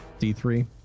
D3